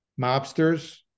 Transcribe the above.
mobsters